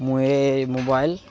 ମୁଁ ଏଇ ମୋବାଇଲ୍